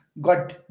got